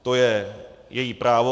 To je její právo.